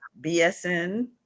BSN